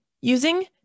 Using